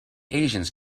asians